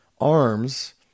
arms